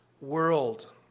world